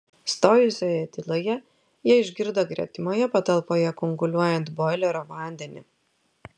stojusioje tyloje jie išgirdo gretimoje patalpoje kunkuliuojant boilerio vandenį